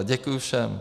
Děkuji všem.